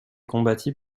combattit